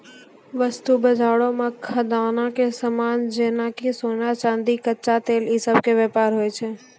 वस्तु बजारो मे खदानो के समान जेना कि सोना, चांदी, कच्चा तेल इ सभ के व्यापार होय छै